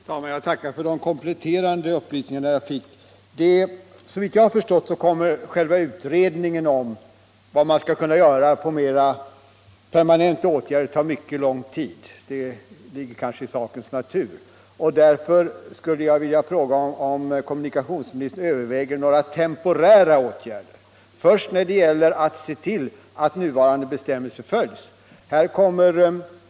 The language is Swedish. Herr talman! Jag tackar för de kompletterande upplysningar jag fick. Såvitt jag har förstått kommer själva utredningen om mera permanenta åtgärder att ta mycket lång tid. Det ligger kanske i sakens natur. Därför skulle jag vilja fråga kommunikationsministern om ni överväger några temporära åtgärder, först och främst i fråga om att se till att nuvarande bestämmelser följs.